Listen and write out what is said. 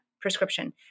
prescription